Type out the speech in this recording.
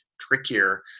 trickier